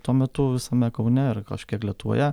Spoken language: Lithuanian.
tuo metu visame kaune ir kažkiek lietuvoje